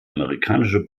amerikanische